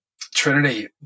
Trinity